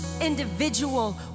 individual